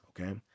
Okay